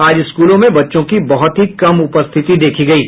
आज स्कूलों में बच्चों की बहुत ही कम उपस्थिति देखी गयी